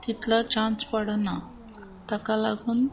तितलो चान्स पडना ताका लागून